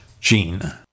gene